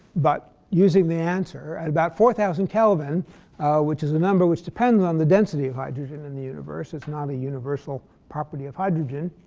but using the answer. at about four thousand kelvin which is a number which depends on the density of hydrogen in the universe, it's not a universal property of hydrogen